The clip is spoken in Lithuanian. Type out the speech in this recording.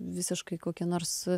visiškai kokie nors